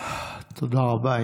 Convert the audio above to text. תודה רבה.